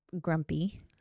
grumpy